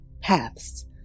paths